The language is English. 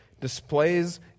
displays